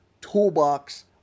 toolbox